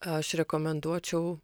aš rekomenduočiau